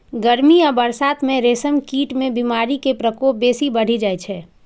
गर्मी आ बरसात मे रेशम कीट मे बीमारी के प्रकोप बेसी बढ़ि जाइ छै